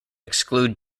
exclude